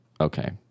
Okay